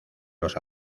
los